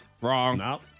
Wrong